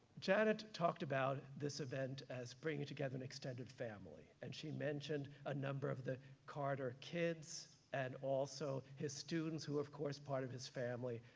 janet talked about this event as bringing together an extended family and she mentioned a number of the carter kids and also his students who of course part of his family.